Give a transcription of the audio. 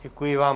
Děkuji vám.